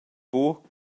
buca